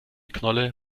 knolle